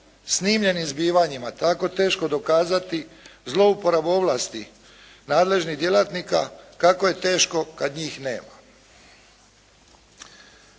snimljenim zbivanjima tako teško dokazati zlouporabu ovlasti nadležnih djelatnika kako je teško kad njih nema.